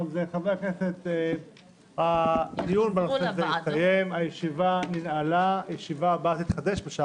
11:00. הישיבה נעולה, תודה